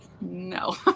no